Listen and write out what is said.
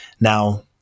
Now